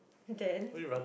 then